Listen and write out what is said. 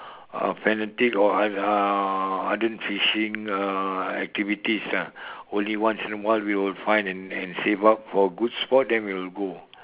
uh fanatic or ard~ ardent fishing uh activities ah only once in a while we will find and and save up for a good spot then we will go